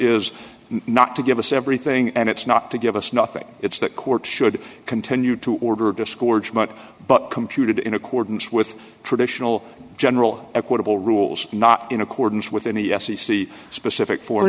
is not to give us everything and it's not to give us nothing it's that courts should continue to order to scorch much but computed in accordance with traditional general equitable rules not in accordance with any f c c specific for